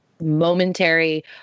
momentary